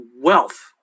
wealth